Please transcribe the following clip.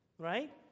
Right